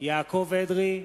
יעקב אדרי,